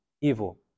evil